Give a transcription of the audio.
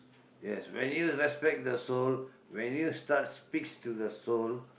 yes when you respect the soul when you starts speaks to the soul